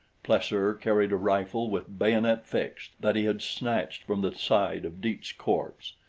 plesser carried a rifle with bayonet fixed, that he had snatched from the side of dietz's corpse.